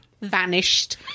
Vanished